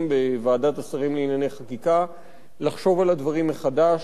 בוועדת השרים לענייני חקיקה לחשוב על הדברים מחדש,